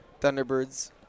Thunderbirds